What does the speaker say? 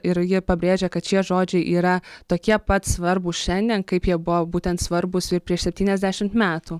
ir ji pabrėžia kad šie žodžiai yra tokie pat svarbūs šiandien kaip jie buvo būtent svarbūs ir prieš septyniasdešimt metų